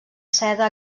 seda